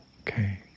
Okay